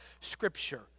Scripture